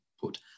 put